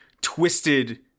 twisted